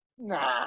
nah